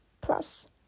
Plus